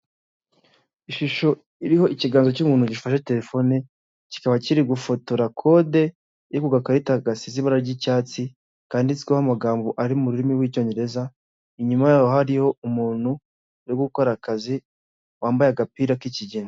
Ishusho iriho ikiganza cy'umuntu gifashe terefone, kikaba kiri gufotora kode iri ku gakarita gasize ibara ry'icyatsi, kanditsweho amagambo ari mu rurimi rw'Icyongereza, inyuma yaho hariho umuntu uri gukora akazi wambaye agapira k'ikigina.